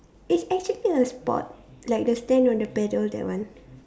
it's actually a sport like the stand on the paddle that one